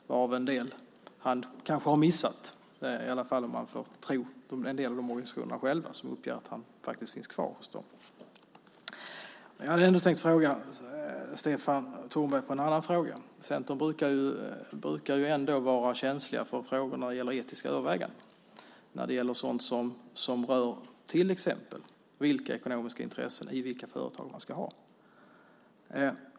En del har han dock kanske missat, i alla fall om man får tro en del av organisationerna själva som uppger att han faktiskt finns kvar hos dem. Jag hade tänkt ställa en annan fråga till Stefan Tornberg. I Centern brukar man ju ändå vara känslig för frågor när det gäller etiska överväganden och när det rör sådant som till exempel vilka ekonomiska intressen man kan ha och i vilka företag.